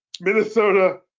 Minnesota